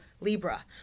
Libra